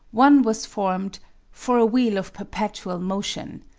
one was formed for a wheel of perpetual motion.